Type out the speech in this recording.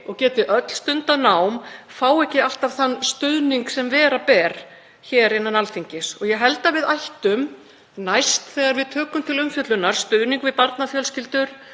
og geti öll stundað nám fá ekki alltaf þann stuðning sem vera ber innan Alþingis. Ég held að við ættum næst þegar við tökum til umfjöllunar stuðning við barnafjölskyldur,